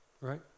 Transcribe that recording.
Right